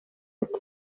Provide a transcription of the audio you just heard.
ati